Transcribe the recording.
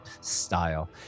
style